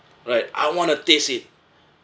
right I want to taste it